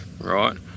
right